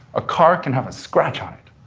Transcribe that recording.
a car can have a scratch on it,